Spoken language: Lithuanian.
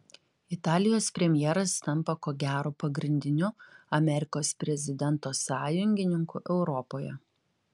italijos premjeras tampa ko gero pagrindiniu amerikos prezidento sąjungininku europoje